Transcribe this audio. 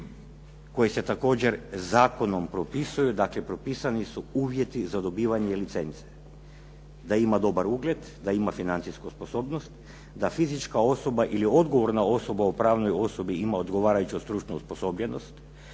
koji se također zakonom propisuju, dakle propisani su uvjeti za dobivanje licence, da ima dobar ugled, da ima financijsku sposobnost, da fizička osoba ili odgovorna osoba u pravnoj osobi ima odgovarajuću stručnu osposobljenost,